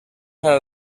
ara